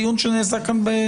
זה דיון שנעשה כאן.